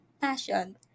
passion